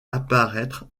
apparaître